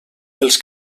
els